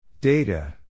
Data